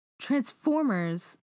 Transformers